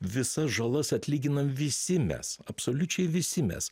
visas žalas atlyginam visi mes absoliučiai visi mes